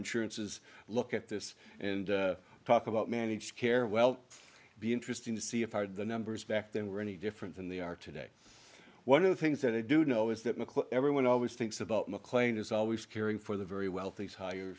insurance is look at this and talk about managed care well be interesting to see if the numbers back then were any different than they are today one of the things that i do know is that everyone always thinks about mclean is always caring for the very wealthy higher